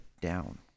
down